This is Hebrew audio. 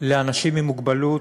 לאנשים עם מוגבלות,